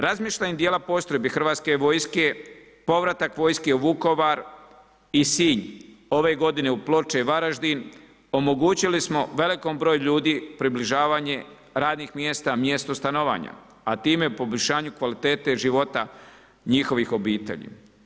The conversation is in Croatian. Razmještajem djela postrojbi Hrvatske vojske, povratak vojske u Vukovar i Sinj, ove godine u Ploče i Varaždin, omogućili smo velikom broju ljudi približavanje radnih mjesta mjestu stanovanja a time poboljšanju kvalitete života njihovih obitelji.